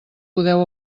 podeu